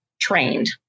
trained